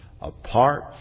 Apart